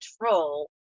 control